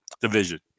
division